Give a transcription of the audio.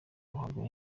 ruhago